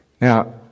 Now